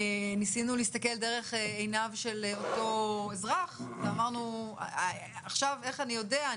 ניסינו להסתכל דרך עיניו של אותו אזרח ואמרנו: עכשיו איך אני יודע,